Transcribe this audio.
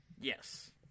yes